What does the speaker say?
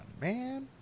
man